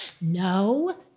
No